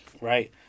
right